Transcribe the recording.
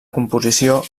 composició